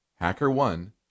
HackerOne